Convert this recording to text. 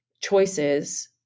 choices